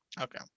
Okay